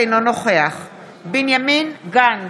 אינו נוכח בנימין גנץ,